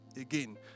again